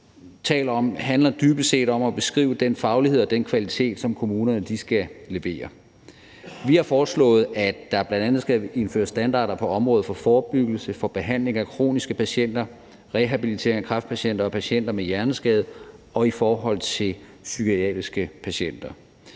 handler dybest set om at beskrive den faglighed og den kvalitet, som kommunerne skal levere. Vi har foreslået, at der bl.a. skal indføres standarder på området for forebyggelse, for behandling af kroniske patienter, rehabilitering af kræftpatienter og patienter med hjerneskade og i forhold til psykiatriske patienter.